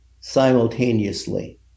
simultaneously